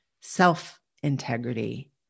self-integrity